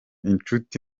inshuti